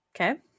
Okay